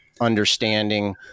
understanding